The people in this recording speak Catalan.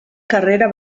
carrera